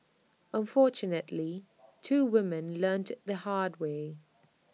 unfortunately two women learnt IT the hard way